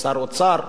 כשר האוצר,